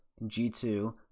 G2